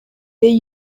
they